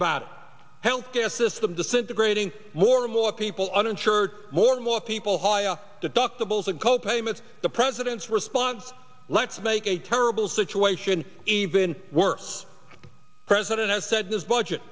about health care system disintegrating more and more people uninsured more and more people high deductibles and copayments the president's response let's make a terrible situation even worse the president has said this budget